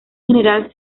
general